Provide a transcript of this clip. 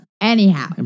Anyhow